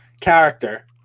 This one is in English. character